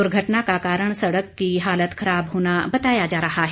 दुर्घटना का कारण सड़क की हालत खराब होना बताया जा रहा है